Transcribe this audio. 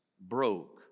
broke